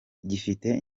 gifite